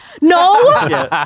No